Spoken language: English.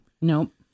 Nope